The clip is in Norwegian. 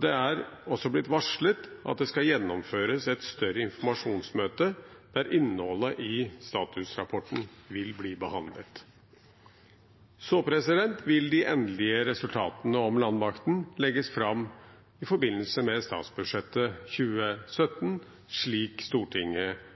Det er også blitt varslet at det skal gjennomføres et større informasjonsmøte der innholdet i statusrapporten vil bli behandlet. Så vil de endelige resultatene om landmakten legges fram i forbindelse med statsbudsjettet 2017, slik Stortinget